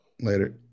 Later